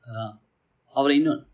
ya அப்பிரம் இன்னொன்று:appirum innondru